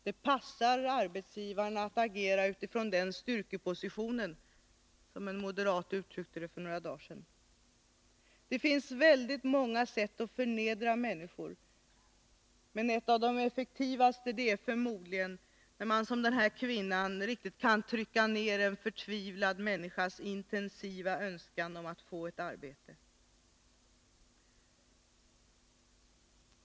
Det passar arbetsgivarna att agera utifrån den styrkepositionen, som en moderat uttryckte det för några dagar sedan. Det finns väldigt många sätt att förnedra människor. Ett av de effektivaste är förmodligen, när man som den här kvinnan riktigt kan trycka ned en förtvivlad människas intensiva önskan att få ett arbete.